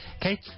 Kate